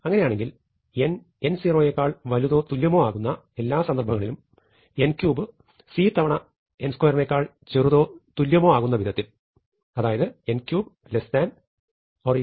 അങ്ങനെയാണെങ്കിൽ n n0 യെക്കാൾ വലുതോ തുല്യമോ ആകുന്ന എല്ലാ സന്ദർഭങ്ങളിലും n3 c തവണ n2 നെക്കാൾ ചെറുതോ തുല്യമോ ആകുന്നവിധത്തിൽ അതായത് n3 c